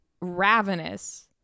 ravenous